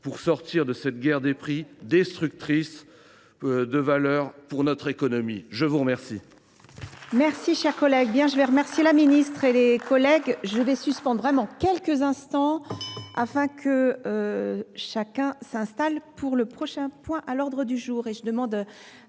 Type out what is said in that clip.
de sortir de cette guerre des prix destructrice de valeur pour notre économie. Mes chers